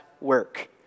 work